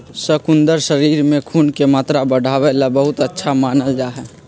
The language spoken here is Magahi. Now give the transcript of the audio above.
शकुन्दर शरीर में खून के मात्रा बढ़ावे ला बहुत अच्छा मानल जाहई